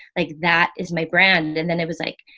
like that is my brand. and then it was like,